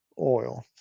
oil